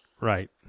Right